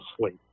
sleep